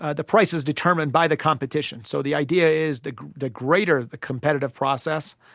ah the price is determined by the competition. so the idea is the the greater the competitive process,